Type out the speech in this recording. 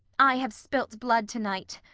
i have spilt blood to-night,